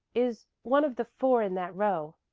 is one of the four in that row.